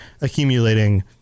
accumulating